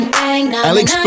Alex